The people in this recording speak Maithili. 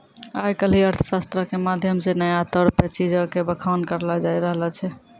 आइ काल्हि अर्थशास्त्रो के माध्यम से नया तौर पे चीजो के बखान करलो जाय रहलो छै